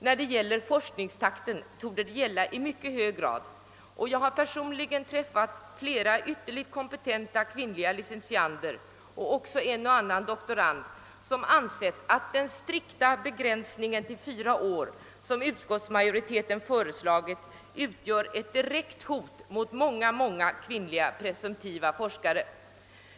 Vad beträffar forskningstakten torde detta gälla i mycket hög grad, och jag har personligen träffat flera ytterligt kompetenta kvinnliga licentiander och också en och annan doktorand som ansett, att den strikta begränsning till fyra år som utskottsmajoriteten föreslagit utgör ett direkt hot mot många kvinnliga presumtiva forskare.